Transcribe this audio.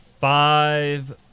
five